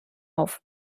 auf